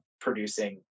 producing